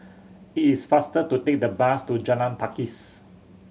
it is faster to take the bus to Jalan Pakis